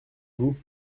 vous